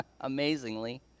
amazingly